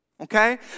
okay